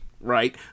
right